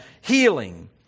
healing